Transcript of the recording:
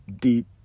deep